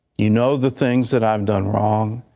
you know the things that i've done wrong.